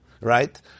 right